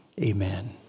Amen